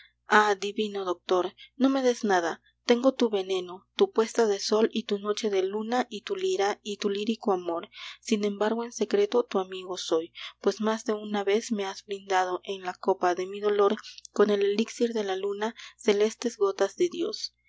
divino doctor no me des nada tengo tu veneno tu puesta de sol y tu noche de luna y tu lira y tu lírico amor sin embargo en secreto tu amigo soy pues más de una vez me has brindado en la copa de mi dolor con el elixir de la luna celestes gotas de dios